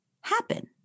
happen